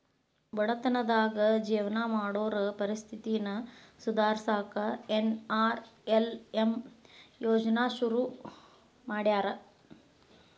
ಬಡತನದಾಗ ಜೇವನ ಮಾಡೋರ್ ಪರಿಸ್ಥಿತಿನ ಸುಧಾರ್ಸಕ ಎನ್.ಆರ್.ಎಲ್.ಎಂ ಯೋಜ್ನಾ ಶುರು ಮಾಡ್ಯಾರ